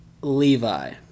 Levi